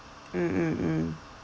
mm mm mm